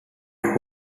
red